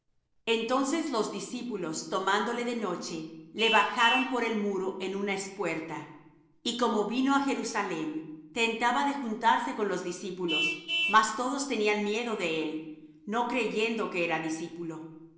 entonces los discípulos tomándole de noche le bajaron por el muro en una espuerta y como vino á jerusalem tentaba de juntarse con los discípulos mas todos tenían miedo de él no creyendo que era discípulo